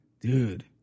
dude